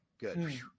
good